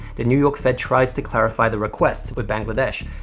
the new york fed tries to clarify the requests with bangladesh,